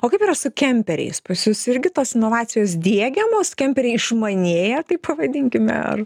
o kaip yra su kemperiais pas jus irgi tos inovacijos diegiamos kemperiai išmanėja taip pavadinkime ar